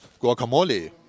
Guacamole